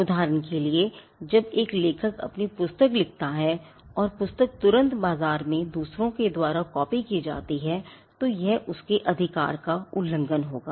उदाहरण के लिये जब एक लेखक अपनी पुस्तक लिखता है और पुस्तक तुरंत बाजार में दूसरों द्वारा कॉपी की जाती है तो यह उसके अधिकार का उल्लंघन होगा